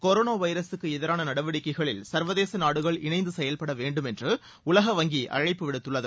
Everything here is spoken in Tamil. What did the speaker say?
கொரோனா வைரசுக்கு எதிரான நடவடிக்கைகளில் சர்வதேச நாடுகள் இணைந்து செயல்பட வேண்டும் என்று உலக வங்கி அழைப்பு விடுத்துள்ளது